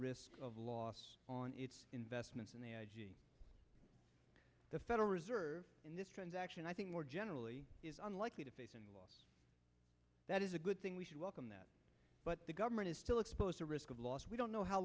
risk of loss on its investments in the the federal reserve in this transaction i think more generally is unlikely to face and that is a good thing we should welcome that but the government is still exposed to risk of loss we don't know how